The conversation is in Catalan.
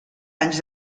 anys